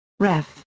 ref.